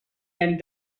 and